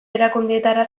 erakundeetara